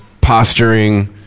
posturing